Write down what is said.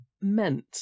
meant